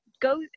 go